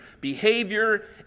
Behavior